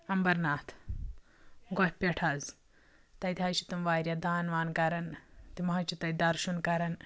اَمبرناتھ گۄپھِ پٮ۪ٹھ حظ تَتہِ حظ چھِ تِم واریاہ دان وان کَران تِم حظ چھِ تَتہِ دَرشَن کَران